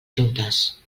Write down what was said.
juntes